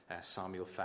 Samuel